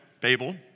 Babel